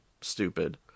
stupid